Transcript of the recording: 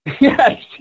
Yes